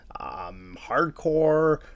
hardcore